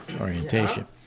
orientation